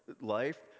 life